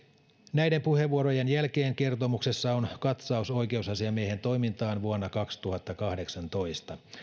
näiden puheenvuorojen jälkeen kertomuksessa on katsaus oikeusasiamiehen toimintaan vuonna kaksituhattakahdeksantoista